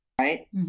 right